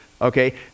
Okay